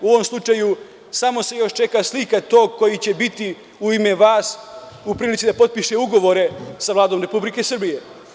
U ovom slučaju samo se još čeka slika tog koji će u ime vas biti u prilici da potpiše ugovore sa Vladom Republike Srbije.